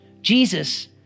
Jesus